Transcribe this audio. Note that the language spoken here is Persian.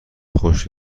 خشک